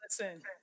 Listen